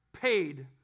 paid